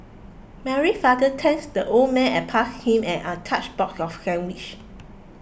Mary father thanked the old man and passed him an untouched box of sandwich